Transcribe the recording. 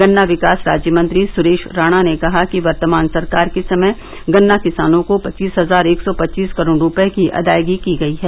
गन्ना विकास राज्य मंत्री सुरेष राणा ने कहा कि वर्तमान सरकार के समय गन्ना किसानों को पच्चीस हजार एक सौ पच्चीस करोड़ रूपर्ये की अदायगी की गई है